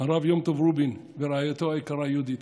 הרב יום טוב רובין ורעייתו היקרה יהודית,